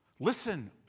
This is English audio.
Listen